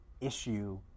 issue